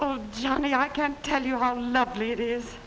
oh johnny i can't tell you how lovely it is